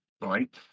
right